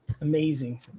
amazing